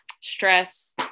stress